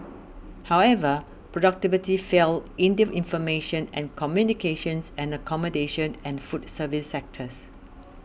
however productivity fell in the information and communications and accommodation and food services sectors